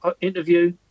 interview